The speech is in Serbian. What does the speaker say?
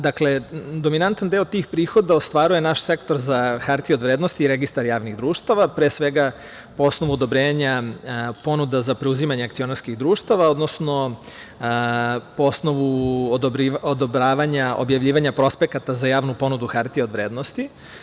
Dakle, dominantan deo tih prihoda ostvaruje naš sektor za hartije vrednost i Registar javnih društava, pre svega po osnovu odobrenja ponuda za preuzimanje akcionarskih društava, odnosno po osnovu odobravanja objavljivanja prospekata za javnu ponudu hartija od vrednosti.